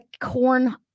corn